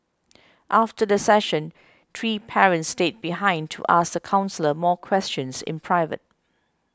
after the session three parents stayed behind to ask the counsellor more questions in private